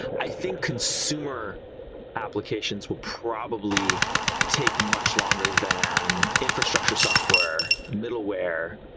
i think consumer applications will probably take much longer than infrastructure software, middleware,